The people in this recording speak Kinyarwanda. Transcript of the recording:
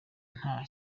nta